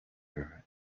her